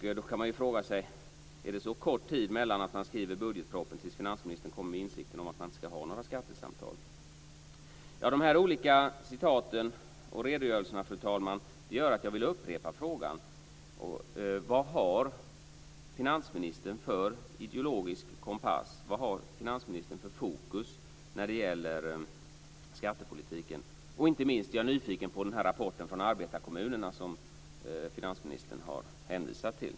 Då kan man fråga sig: Är det så kort tid mellan att man skriver budgetpropositionen och finansministern kommer till insikt om att det inte ska föras några skattesamtal? Fru talman! Dessa olika citat och redogörelser gör att jag vill upprepa frågan: Vad har finansministern för ideologisk kompass? Vad har finansministern för fokus när det gäller skattepolitiken? Inte minst är jag nyfiken på rapporten från arbetarekommunerna som finansministern hänvisade till.